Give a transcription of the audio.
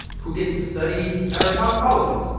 who gets to study at our top colleges?